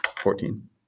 fourteen